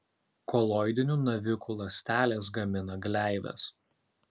koloidinių navikų ląstelės gamina gleives